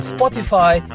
Spotify